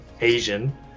Asian